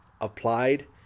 applied